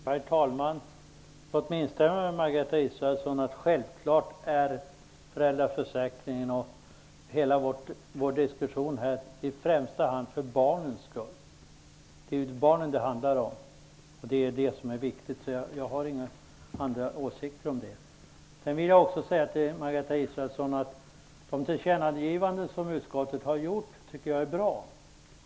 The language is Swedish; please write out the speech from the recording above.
Herr talman! Låt mig instämma med Margareta Israelsson. Självfallet är föräldraförsäkringen och hela vår diskussion i första hand till för barnens skull. Det handlar om barnen. Det är det viktiga. Jag har inga andra åsikter om det. Jag vill också säga till Margareta Israelsson att jag tycker att de tillkännagivanden som utskottet har gjort är bra.